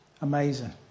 Amazing